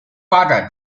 发展